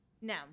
No